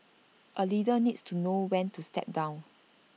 A leader needs to know when to step down